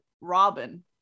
robin